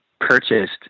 purchased